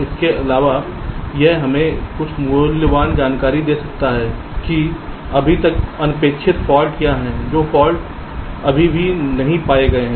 इसके अलावा यह हमें कुछ मूल्यवान जानकारी भी दे सकता है कि अभी तक अनपेक्षित फाल्ट क्या हैं जो फाल्ट अभी भी नहीं पाए गए हैं